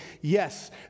yes